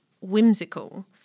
whimsical